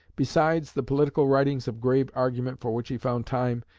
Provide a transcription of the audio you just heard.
besides the political writings of grave argument for which he found time,